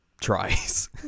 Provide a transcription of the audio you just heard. tries